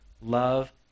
love